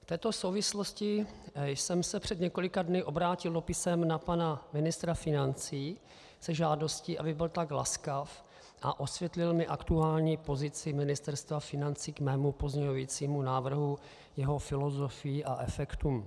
V této souvislosti jsem se před několika dny obrátil dopisem na pana ministra financí se žádostí, aby byl tak laskav a osvětlil mi aktuální pozici Ministerstva financí k mému pozměňovacímu návrhu, jeho filozofii a efektům.